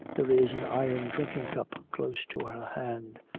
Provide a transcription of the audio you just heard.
there is an iron drinking cup close to her hand.